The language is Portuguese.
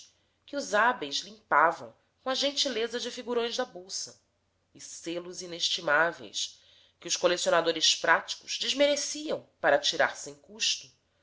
que os hábeis limpavam com a gentileza de figurões da bolsa e selos inestimáveis que os colecionadores práticos desmereciam para tirar sem custo